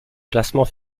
classement